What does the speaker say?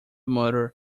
murder